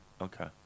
Okay